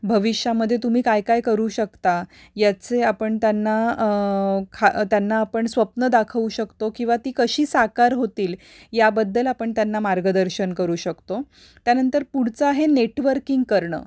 भविष्यामध्ये तुम्ही काय काय करू शकता याचे आपण त्यांना खा त्यांना आपण स्वप्न दाखवू शकतो किंवा ती कशी साकार होतील याबद्दल आपण त्यांना मार्गदर्शन करू शकतो त्यानंतर पुढचं आहे नेटवर्किंग करणं